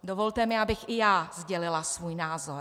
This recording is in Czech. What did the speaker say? Dovolte mi, abych i já sdělila svůj názor.